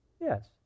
yes